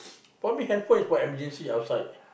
for me handphone is for emergency outside